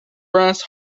brass